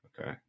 Okay